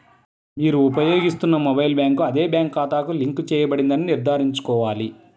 మీరు ఉపయోగిస్తున్న mobile number అదే బ్యాంక్ ఖాతాకు లింక్ చేయబడిందని నిర్ధారించుకోవాలి